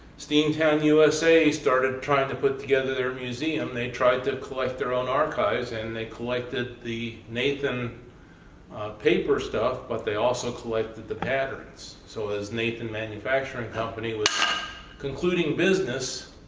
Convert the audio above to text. steamtown usa started trying to put together their museum they tried to collect their own archives, and they collected the nathan paper stuff, but they also collected the patterns. so as nathan manufacturing company was concluding business,